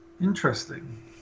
Interesting